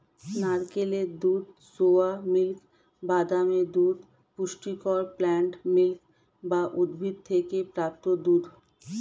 নারকেলের দুধ, soya milk, বাদামের দুধ পুষ্টিকর প্লান্ট মিল্ক বা উদ্ভিদ থেকে প্রাপ্ত দুধ